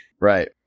Right